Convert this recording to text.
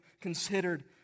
considered